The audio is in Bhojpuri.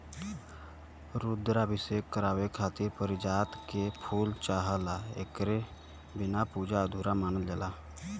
रुद्राभिषेक करावे खातिर पारिजात के फूल चाहला एकरे बिना पूजा अधूरा मानल जाला